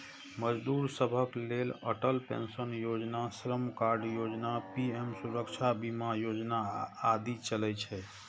मजदूर सभक लेल अटल पेंशन योजना, श्रम कार्ड योजना, पीएम सुरक्षा बीमा योजना आदि चलै छै